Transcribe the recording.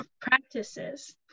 practices